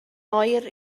oer